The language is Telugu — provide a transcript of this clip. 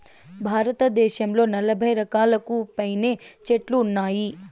భారతదేశంలో నలబై రకాలకు పైనే చెట్లు ఉన్నాయి